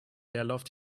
leerlauf